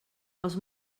els